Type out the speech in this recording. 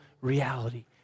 reality